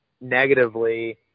negatively